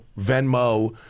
Venmo